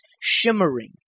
shimmering